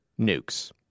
nukes